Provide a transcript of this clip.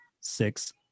six